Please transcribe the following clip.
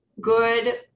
good